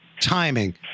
timing